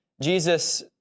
Jesus